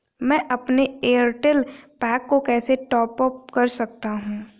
मैं अपने Airtel pack को कैसे टॉप अप कर सकता हूँ?